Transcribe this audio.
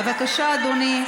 בבקשה, אדוני.